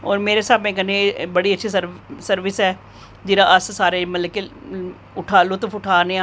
होर मेरे स्हाबै कन्नै एह् बड़ी अच्छी सर्विस ऐ जेह्ड़ा अस सारें ई मतलब की लुत्फ उठा दे आं